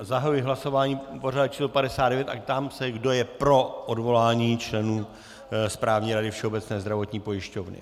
Zahajuji hlasování pořadové číslo 59 a ptám se, kdo je pro odvolání členů Správní rady Všeobecné zdravotní pojišťovny.